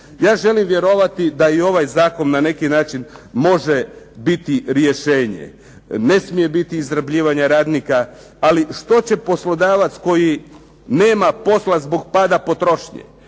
Ja želim vjerovati da i ovaj zakon na neki način može biti rješenje. Ne smije biti izrabljivanja radnika, ali što će poslodavac koji nema posla zbog pada potrošnje,